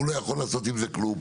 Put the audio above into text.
הוא לא יכול לעשות עם זה כלום,